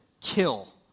kill